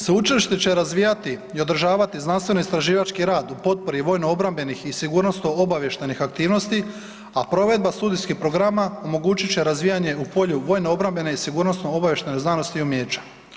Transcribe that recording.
Sveučilište će razvijati i održati znanstveno istraživački rad o potpori i vojno-obrambenih i sigurnosno-obavještajnih aktivnosti, a provedba studijskih programa omogućit će razvijanje u polju vojno-obrambene i sigurnosno-obavještajne znanosti i umijeća.